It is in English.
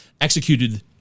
executed